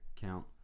count